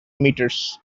meters